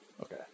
Okay